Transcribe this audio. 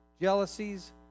jealousies